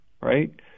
Right